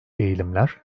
eğilimler